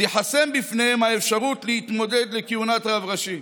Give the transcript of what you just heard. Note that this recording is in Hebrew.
תיחסם בפניהם האפשרות להתמודד לכהונת רב ראשי.